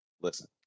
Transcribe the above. listen